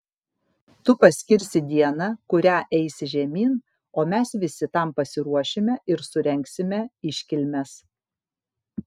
tu paskirsi dieną kurią eisi žemyn o mes visi tam pasiruošime ir surengsime iškilmes